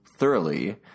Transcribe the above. Thoroughly